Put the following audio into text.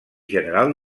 general